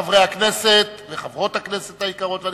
חברי הכנסת וחברות הכנסת היקרות והנכבדות,